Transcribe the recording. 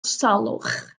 salwch